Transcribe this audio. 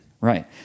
Right